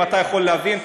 אם אתה יכול להבין,